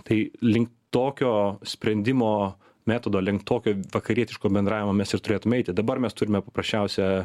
tai link tokio sprendimo metodo link tokio vakarietiško bendravimo mes ir turėtume eiti dabar mes turime paprasčiausią